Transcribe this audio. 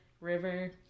river